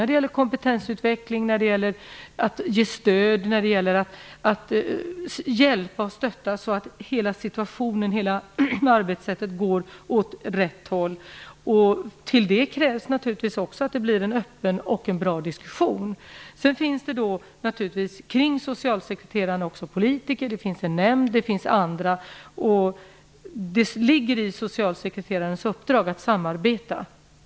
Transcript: Det gäller kompetensutveckling, att ge stöd, att hjälpa och stötta så att hela situationen och hela arbetssättet går åt rätt håll. Till det krävs en öppen och bra diskussion. Kring socialsekreteraren finns också politiker, det finns en nämnd, det finns andra. Det ligger i socialsekreterarens uppdrag att samarbeta.